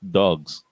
dogs